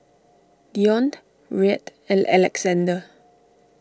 Dionne Reid and Alexander